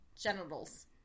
Genitals